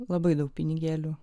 labai daug pinigėlių